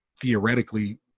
theoretically